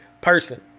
person